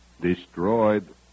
destroyed